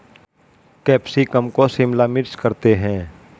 capsicum को शिमला मिर्च करते हैं